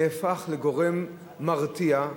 זה נהפך לגורם מרתיע,